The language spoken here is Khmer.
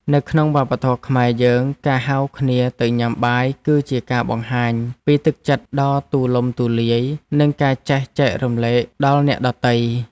នៅក្នុងវប្បធម៌ខ្មែរយើងការហៅគ្នាទៅញ៉ាំបាយគឺជាការបង្ហាញពីទឹកចិត្តដ៏ទូលំទូលាយនិងការចេះចែករំលែកដល់អ្នកដទៃ។